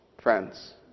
friends